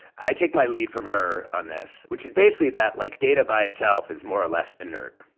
i take my lead from her on this, which is basically that, like, data by itself is more or less inert,